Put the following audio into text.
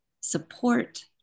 support